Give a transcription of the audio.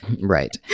Right